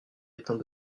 étant